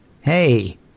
hey